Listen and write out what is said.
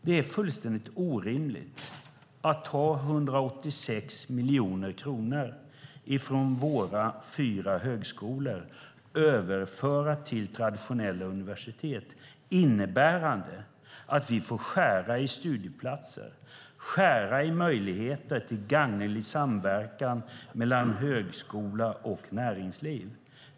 Det är fullständigt orimligt att ta 186 miljoner kronor från våra fyra högskolor och överföra de pengarna till traditionella universitet, innebärande att vi får skära i studieplatser och skära i möjligheter till gagnelig samverkan mellan högskola och näringsliv.